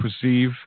perceive